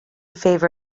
favor